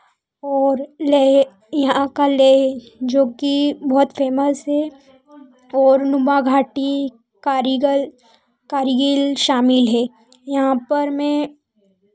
और लेह यहाँ का लेह जो कि बहुत फेमस है और नुमाघाटी कारीगर कारगिल शामिल है यहाँ पर मैं